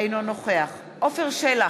אינו נוכח עפר שלח,